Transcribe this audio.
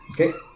Okay